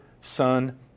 Son